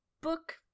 book